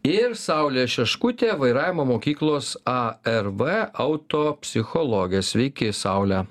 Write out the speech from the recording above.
ir saulė šeškutė vairavimo mokyklos arv auto psichologė sveiki saule